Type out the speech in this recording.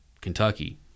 Kentucky